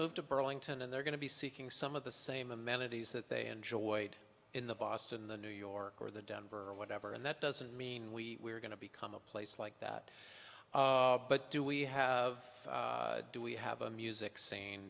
move to burlington and they're going to be seeking some of the same amenities that they enjoyed in the boston the new york or the denver or whatever and that doesn't mean we are going to become a place like the but do we have do we have a music scene